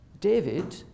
David